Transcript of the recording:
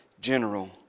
general